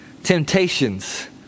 Temptations